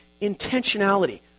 intentionality